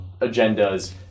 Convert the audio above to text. agendas